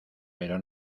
pero